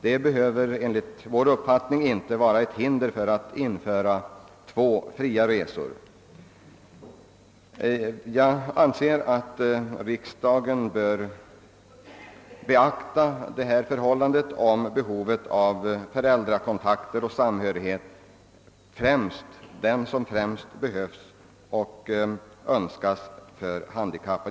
Det behöver enligt vår uppfattning inte utgöra något hinder för att nu införa två fria resor. Herr talman!